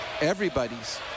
everybody's